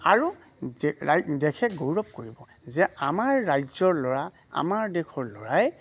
আৰু দেশে গৌৰৱ কৰিব যে আমাৰ ৰাজ্যৰ ল'ৰা আমাৰ দেশৰ ল'ৰাই